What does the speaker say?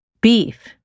Beef